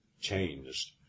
changed